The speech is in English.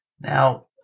Now